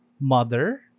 Mother